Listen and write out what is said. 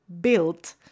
built